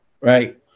Right